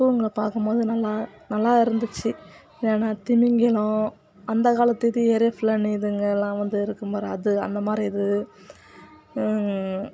பூவுங்கள பார்க்கும்போது நல்லா நல்லா இருந்துச்சு ஏன்னா திமிங்கலம் அந்த காலத்து இது ஏரோஃபிளேன் இதுங்கெல்லாம் வந்து இருக்கும் பார் அது அந்தமாதிரி இது